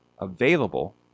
available